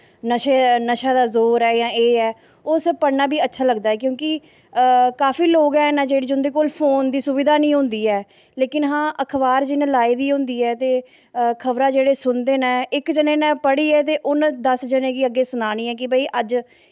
नशा दा जोर ऐ जां एह् ऐ ओह् सब पढ़ना बी अच्छा लगदा ऐ क्योंकि काफी लोग न जिं'दे कोल फोन दी सुविधा निं होंदी ऐ ते अखबार जिन्न लाई दी होंदी ऐ ते खबरां जेह्ड़े सुनदे न इक जनें नै पढ़ी ऐ ते दस जनें गी उन्न अग्गें सनानी ऐ कि भाई अज्ज